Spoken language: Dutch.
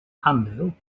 aandeel